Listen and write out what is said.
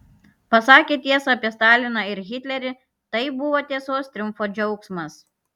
pasakė tiesą apie staliną ir hitlerį tai buvo tiesos triumfo džiaugsmas